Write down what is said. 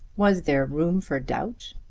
was there room for doubt?